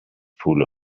full